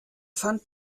fand